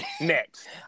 next